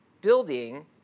building